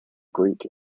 greek